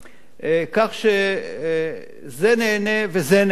כך שזה נהנה וזה נהנה.